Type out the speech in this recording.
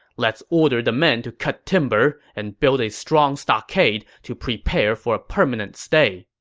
let's order the men to cut timber and build a strong stockade to prepare for a permanent stay.